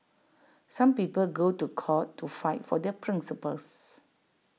some people go to court to fight for their principles